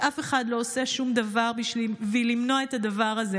ואף אחד לא עושה שום דבר בשביל למנוע את הדבר הזה,